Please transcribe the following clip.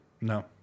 No